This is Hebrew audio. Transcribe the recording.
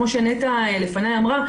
כפי שנטע ברק אמרה לפניי,